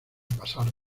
pasar